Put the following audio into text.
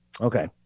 Okay